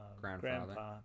Grandfather